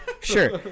Sure